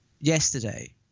yesterday